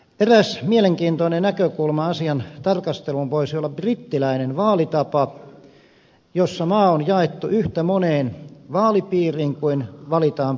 eräs mielenkiintoinen näkökulma asian tarkasteluun voisi olla brittiläinen vaalitapa jossa maa on jaettu yhtä moneen vaalipiiriin kuin valitaan parlamentaarikkoja